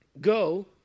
go